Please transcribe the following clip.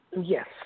Yes